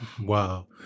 Wow